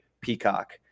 Peacock